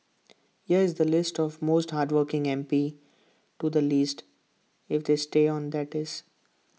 there is A list of the most hardworking M P to the least if they stay on that is